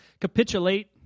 capitulate